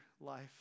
life